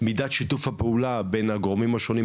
מידת שיתוף הפעולה בין הגורמים השונים,